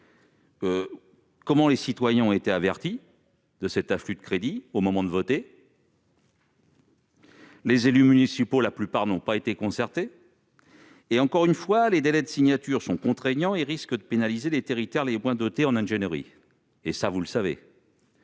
Comment les citoyens ont-ils été avertis de cet afflux de crédits au moment de voter ? La plupart des élus municipaux n'ont pas été concertés. Je le répète, les délais de signature sont contraignants et risquent de pénaliser les territoires les moins dotés en ingénierie, ce que vous savez,